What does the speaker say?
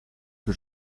que